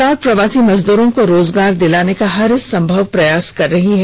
राज्य सरकार प्रवासी मजदूरों को रोजगार दिलाने का हरसंभव प्रयास कर रही है